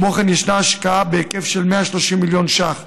כמו כן, ישנה השקעה בהיקף של 130 מיליון ש"ח